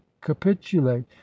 capitulate